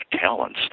talents